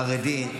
חרדי,